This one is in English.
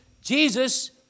Jesus